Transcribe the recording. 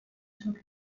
took